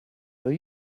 are